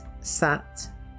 SAT